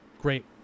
great